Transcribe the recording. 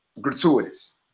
gratuitous